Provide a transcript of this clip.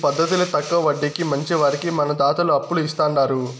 ఈ పద్దతిల తక్కవ వడ్డీకి మంచివారికి మన దాతలు అప్పులు ఇస్తాండారు